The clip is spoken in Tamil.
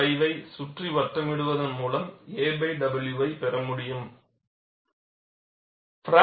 5 ஐ சுற்றி வட்டமிடுவதன் மூலம் aw ஐ பெற்று இருக்க வேண்டும்